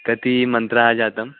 कति मन्त्राः जाताः